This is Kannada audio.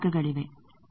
ಯಾವುದೇ ಮೂರನೇ ಭಾಗವಿದೆಯೇ